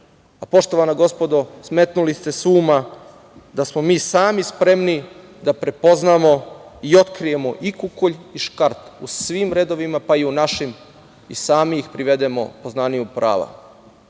Poštovana gospodo, smetnuli ste sa uma da smo mi sami spremni da prepoznamo i otkrijemo i kukolj i škart u svim redovima, pa i u našim i sami ih privedemo poznaniju prava. Na